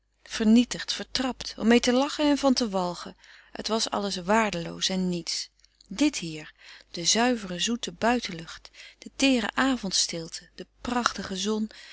vernietigd vertrapt om mee te lachen en van te walgen het was alles waardeloos en niets dit hier de zuivere zoete buitenlucht de teere avondstilte de prachtige zon